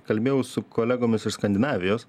kalbėjau su kolegomis iš skandinavijos